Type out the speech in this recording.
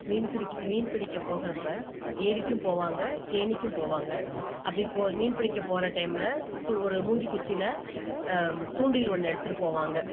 மீன் பிடிக்கி மீன் பிடிக்கப் போகுறப்போ ஏரிக்கும் போவாங்க கேணிக்கும் போவாங்க அப்படி போ மீன்பிடிக்க போகிற டைமில் து ஒரு மூங்கில் குச்சியில் தூண்டில் ஒன்று எடுத்துகிட்டு போவாங்க